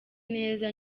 neza